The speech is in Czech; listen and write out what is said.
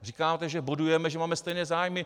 Říkáte, že bodujeme, že máme stejné zájmy.